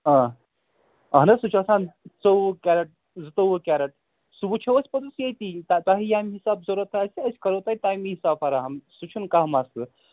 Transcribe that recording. آ آہَن حظ سُہ چھُ آسان ژوٚوُہ کیٚرٹ زٕتووُہ کیٚرٹ سُہ وُچھو أسۍ پوٚتُس یِیٚتۍ تۅہہِ ییٚمہِ حِساب ضروٗرَت آسہِ أسۍ کَرو تۅہہِ تٔمِی حِساب فراہم سُہ چھُنہٕ کانٛہہ مسلہٕ